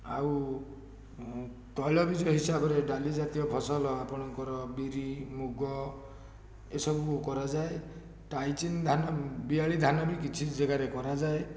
ଆଉ ତୈଳବୀଜ ହିସାବରେ ଡାଲି ଜାତୀୟ ଫସଲ ଆପଣଙ୍କର ବିରି ମୁଗ ଏସବୁ କରାଯାଏ ଟାଇଚୀନ ଧାନ ବିଆଳି ଧାନ ବି କିଛି ଜାଗାରେ କରାଯାଏ